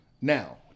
Now